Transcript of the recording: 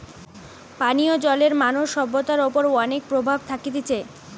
পানীয় জলের মানব সভ্যতার ওপর অনেক প্রভাব থাকতিছে